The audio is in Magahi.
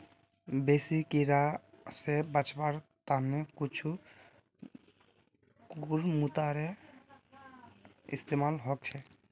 बेसी कीरा स बचवार त न कुछू कुकुरमुत्तारो इस्तमाल ह छेक